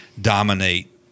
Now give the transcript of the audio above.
dominate